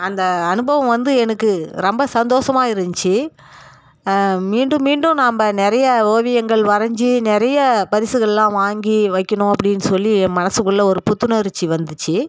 அந்த அனுபவம் வந்து எனக்கு ரொம்ப சந்தோஷமா இருந்துச்சு மீண்டும் மீண்டும் நம்ப நிறையா ஓவியங்கள் வரைஞ்சு நிறையா பரிசுகளெலாம் வாங்கி வைக்கணும் அப்படின்னு சொல்லி என் மனசுக்குள்ளே ஒரு புத்துணர்ச்சி வந்துச்சு